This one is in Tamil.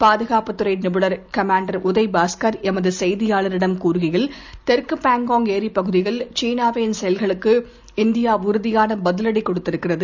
பாதுகாப்புதுறைநிபுணர்கமோடர்உதய்பாஸ்கர்எமதுசெ ய்தியாளரிடம்கூறுகையில் தெற்குபங்காங்ஏரிப்பகுதியில்சீனாவின்செயல்களுக்கு இந்தியாஉறுதியானபதிலடிகொடுத்திருக்கிறது